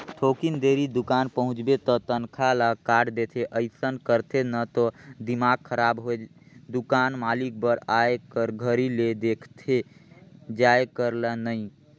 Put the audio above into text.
थोकिन देरी दुकान पहुंचबे त तनखा ल काट देथे अइसन करथे न त दिमाक खराब होय दुकान मालिक बर आए कर घरी ले देखथे जाये कर ल नइ